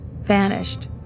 vanished